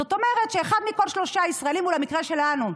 זאת אומרת אחד מכל שלושה ישראלים, או במקרה שלנו: